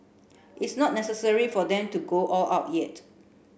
it's not necessary for them to go all out yet